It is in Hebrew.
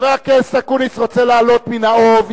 חבר הכנסת אקוניס רוצה להעלות מן האוב,